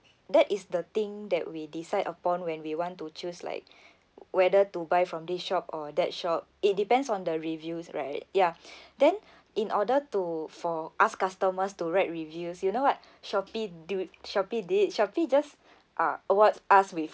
that is the thing that we decide upon when we want to choose like whether to buy from this shop or that shop it depends on the reviews right ya then in order to for us customers to write reviews you know what shopee do shopee did shopee just uh award us with